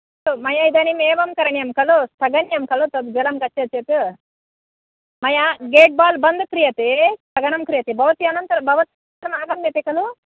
मया इदानीम् एवं करणीयं खलु स्थगनीयं खलु तद् जलं गच्छति चेत् मया गेटबाल् बन्ध् क्रियते स्थगनं क्रियते भवती अनन्तरं आगम्यते खलु